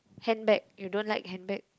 handbag you don't like handbag